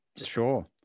sure